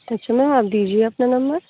तो चलो आप दीजिए अपना नंबर